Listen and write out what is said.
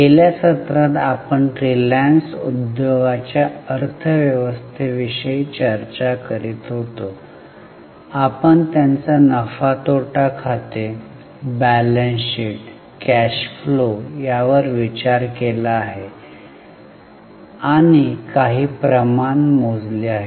गेल्या सत्रात आपण रिलायन्स उद्योगांच्या अर्थव्यवस्थेविषयी चर्चा करीत होतो आपण त्यांचा नफा तोटा खाते बॅलन्स शीट कॅश फ्लो यावर विचार केला आहे आणि काही प्रमाण मोजले आहेत